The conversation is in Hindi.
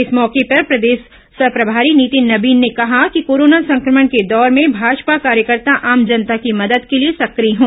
इस मौके पर प्रदेश सह प्रभारी नितिन नबीन ने कहा कि कोरोना संक्रमण के दौर में भाजपा कार्यकर्ता आम जनता की मदद के लिए सक्रिय हों